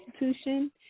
institution